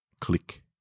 Click